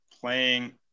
playing